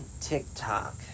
TikTok